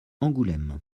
angoulême